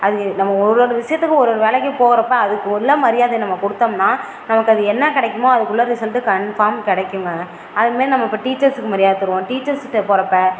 அது நம்ம ஒரு ஒரு விஷயத்துக்கும் ஒரு ஒரு வேலைக்கு போகிறப்ப அதுக்குள்ள மரியாதையை நம்ம கொடுத்தம்னா நமக்கு அது என்ன கிடைக்குமோ அதுக்குள்ள ரிசல்ட்டு கன்ஃபார்ம் கிடைக்கும்ங்க அது மாரி நம்ம டீச்சர்ஸ் மரியாதை தருவோம் டீச்சர்ஸ்கிட்ட போகிறப்ப